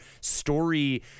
story